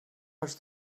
els